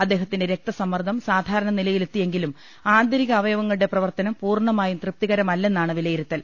അദ്ദേഹ ത്തിന്റെ രക്തസമ്മർദ്ദം സാധാരണ നിലയിലെത്തിയെങ്കിലും ആന്തരികാ യവങ്ങളുടെ പ്രവർത്തനം പൂർണ്ണമായും തൃപ്തികരമല്ലെന്നാണ് വിലയി രുത്തൽ